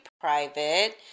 private